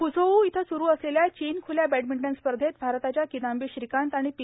Fuzhou इथं स्रु असलेल्या चीन ख्ल्या बॅडमिंटन स्पर्धेत भारताच्या किदंबी श्रीकांत आणि पी